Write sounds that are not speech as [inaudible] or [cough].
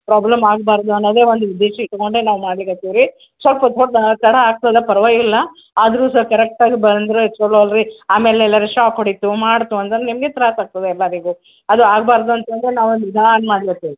problem ಆಗಬಾರ್ದು ಅನ್ನೋದೇ ಒಂದು ಉದ್ದೇಶ ಇಟ್ಟುಕೊಂಡೇ ನಾವು ಮಾಡ್ಲಿಕತ್ತೀವಿ ರೀ ಸ್ವಲ್ಪ ಹೊತ್ತು [unintelligible] ತಡ ಆಗ್ತದೆ ಪರ್ವಾಗಿಲ್ಲ ಆದರೂ ಸಹ ಕರೆಕ್ಟ್ ಆಗಿ ಬಂದರೆ ಛಲೋ ಅಲ್ರೀ ಆಮೇಲೆ ಎಲ್ಲಾದ್ರೂ ಷಾಕ್ ಹೊಡೀತು ಮಾಡಿತು ಅಂದ್ರೆ ನಿಮಗೇ ತ್ರಾಸ ಆಗ್ತದೆ ಎಲ್ಲರಿಗೂ ಅದು ಆಗ್ಬಾರ್ದು [unintelligible] ನಾವು ನಿಧಾನ ಮಾಡಲತ್ತೀವಿ